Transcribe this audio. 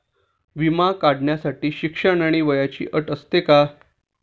विमा काढण्यासाठी शिक्षण आणि वयाची अट असते का?